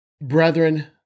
Brethren